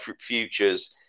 futures